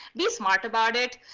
be smart about it.